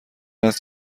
است